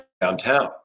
downtown